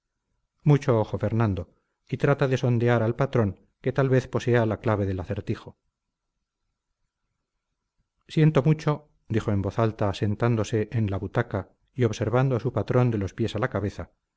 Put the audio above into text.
mucho ojo fernando y trata de sondear al patrón que tal vez posea la clave del acertijo siento mucho dijo en voz alta sentándose en la butaca y observando a su patrón de los pies a la cabeza